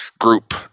group